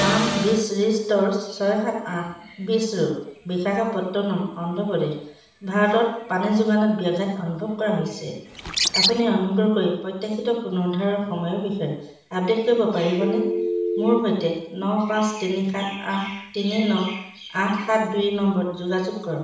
পাম beach resorts ছয় সাত আঠ বিচ ৰোড বিশাখাপত্তনম অন্ধ্ৰ প্ৰদেশ ভাৰতত পানী যোগানত ব্যাঘাত অনুভৱ কৰা হৈছে আপুনি অনুগ্ৰহ কৰি প্ৰত্যাশিত পুনৰুদ্ধাৰৰ সময়ৰ বিষয়ে আপডেট কৰিব পাৰিবনে মোৰ সৈতে ন পাঁচ তিনি সাত আঠ তিনি ন আঠ সাত দুই নম্বৰত যোগাযোগ কৰক